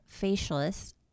facialist